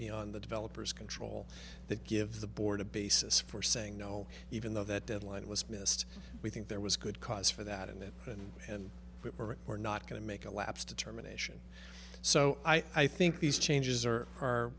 beyond the developer's control that give the board a basis for saying no even though that deadline was missed we think there was good cause for that and that and and we are not going to make a lapse determination so i think these changes are